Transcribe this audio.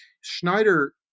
Schneider